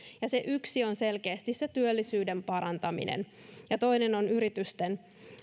yksi on selkeästi se työllisyyden parantaminen toinen on yritysten